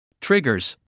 Triggers